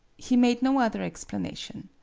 he made no other explanation.